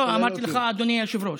לא, אמרתי לך "אדוני היושב-ראש".